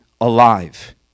alive